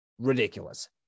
ridiculous